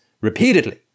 repeatedly